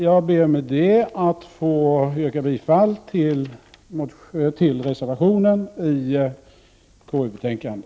Jag ber med detta att få yrka bifall till reservationen till konstitutionsutskottets betänkande.